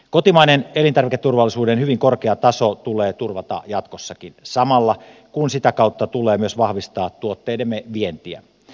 kotimainen elintarviketurvallisuuden hyvin korkea taso tulee turvata jatkossakin samalla kun sitä kautta tulee myös vahvistaa tuotteidemme vientiä